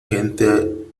gente